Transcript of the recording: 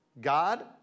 God